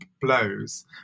blows